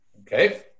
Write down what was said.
Okay